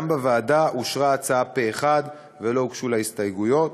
גם בוועדה אושרה ההצעה פה-אחד ולא הוגשו לה הסתייגויות.